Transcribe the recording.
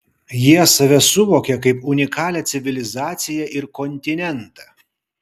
jie save suvokia kaip unikalią civilizaciją ir kontinentą